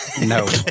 no